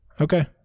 okay